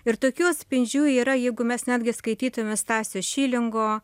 ir tokių atspindžių yra jeigu mes netgi skaitytume stasio šilingo